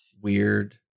weird